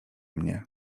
mnie